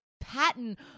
patent